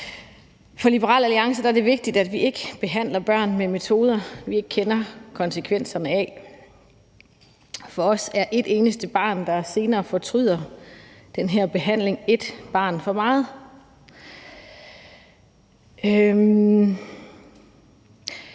For Liberal Alliance er det vigtigt, at vi ikke behandler børn med metoder, vi ikke kender konsekvenserne af. For os er et eneste barn, der senere fortryder den her behandling, et barn for meget.